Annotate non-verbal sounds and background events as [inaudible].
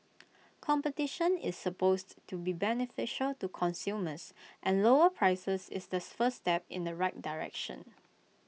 competition is supposed to be beneficial to consumers and lower prices is the [unintelligible] first step in the right direction